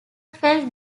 felt